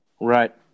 Right